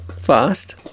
fast